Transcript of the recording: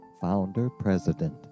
founder-president